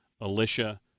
Alicia